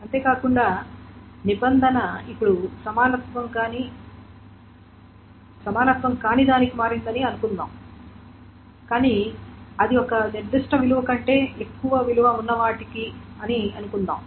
అంతేకాకుండా నిబంధన ఇప్పుడు సమానత్వం కాని దానికి మారిందని అనుకుందాం కానీ అది ఒక నిర్దిష్ట విలువ కంటే ఎక్కువ విలువ ఉన్నవాటికి అని అనుకుందాం